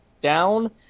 down